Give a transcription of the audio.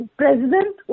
president